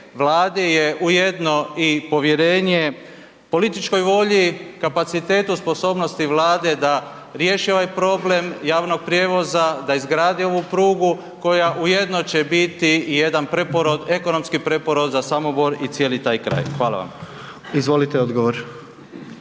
Vladi je ujedno i povjerenje političkoj volji, kapacitetu sposobnosti Vlade da riješi ovaj problem javnog prijevoza da izgradi ovu prugu koja ujedno će biti i jedan preporod, ekonomski preporod za Samobor i cijeli taj kraj. Hvala vam. **Jandroković,